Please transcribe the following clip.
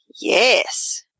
Yes